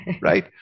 right